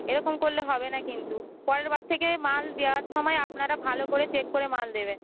এরকম করলে হবে না কিন্তু পরের বার থেকে মাল দেওয়ার সময় আপনারা ভালো করে চেক করে মাল দেবেন